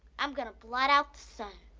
i'm gonna blot out the sun,